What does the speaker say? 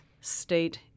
state